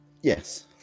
yes